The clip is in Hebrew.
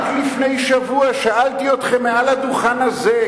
רק לפני שבוע שאלתי אתכם מעל הדוכן הזה,